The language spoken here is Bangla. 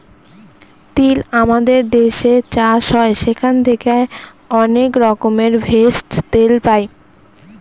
তিল আমাদের দেশে চাষ হয় সেখান থেকে অনেক রকমের ভেষজ, তেল পাই